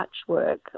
patchwork